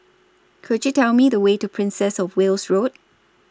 Could YOU Tell Me The Way to Princess of Wales Road